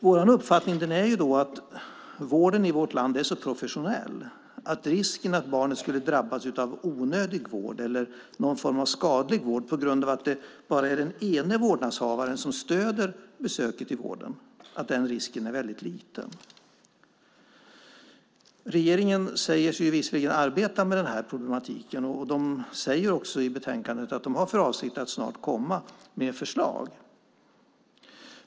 Vår uppfattning är att vården i vårt land är så professionell att risken att barnet skulle drabbas av onödig vård eller någon form av skadlig vård på grund av att det bara är den ene vårdnadshavaren som stöder besöket i vården är väldigt liten. Regeringen säger visserligen att man arbetar med den här problematiken, och man säger i betänkandet att man har för avsikt att snart komma med förslag.